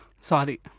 Sorry